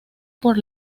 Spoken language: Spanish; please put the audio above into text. por